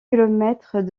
kilomètres